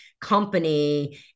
company